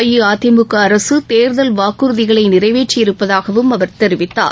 அஇஅதிமுக அரசு தேர்தல் வாக்குறுதிகளை நிறைவேற்றியிருப்பதாகவும் அவர் தெரிவித்தார்